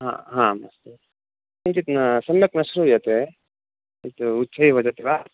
हा आम् अस्तु अस्तु किञ्चित् न सम्यक् न श्रूयते उ उच्चैः वदति वा